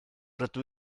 rydw